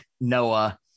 Noah